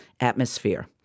atmosphere